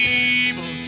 evil